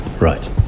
Right